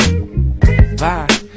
Bye